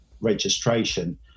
registration